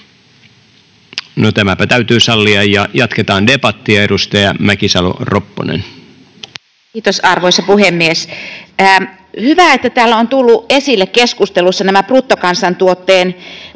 No, tämäpä täytyy sallia, ja jatketaan debattia. Arvoisa puhemies! Hyvä, että täällä ovat tulleet esille keskustelussa nämä bruttokansantuotteen